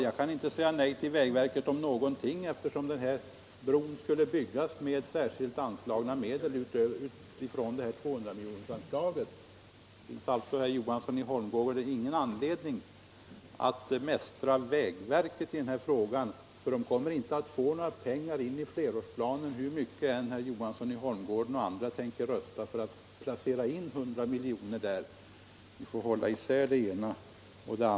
Jag kan inte säga nej till vägverket om någonting, eftersom den här bron skulle byggas med särskilt anslagna medel ifrån 200-miljonersanslaget. Det finns alltså, herr Johansson i Holmgården, ingen anledning att mästra vägverket i denna fråga, för vägverket kommer inte att få några pengar till flerårsplanen hur mycket herr Johansson i Holmgården och andra än tänker rösta för att placera in 100 miljoner där: Vi får hålla isär det ena och det andra.